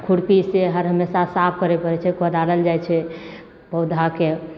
खुरपीसे हर हमेशा साफ करै पड़ै छै कोदारल जाइ छै पौधाके